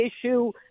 issue